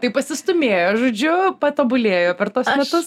tai pasistūmėjo žodžiu patobulėjo per tuos metus